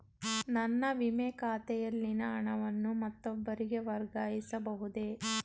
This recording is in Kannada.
ನನ್ನ ವಿಮೆ ಖಾತೆಯಲ್ಲಿನ ಹಣವನ್ನು ಮತ್ತೊಬ್ಬರಿಗೆ ವರ್ಗಾಯಿಸ ಬಹುದೇ?